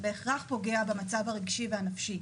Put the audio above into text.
בהכרח פוגע במצב הרגשי והנפשי.